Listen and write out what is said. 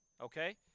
Okay